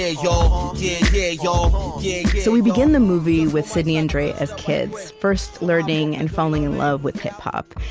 ah yeah ah yeah yeah ah yeah so we begin the movie with sidney and dre as kids, first learning and falling in love with hip-hop.